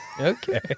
Okay